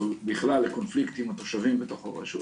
או בכלל לקונפליקטים עם התושבים בתוך הרשות.